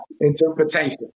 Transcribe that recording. interpretation